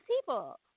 people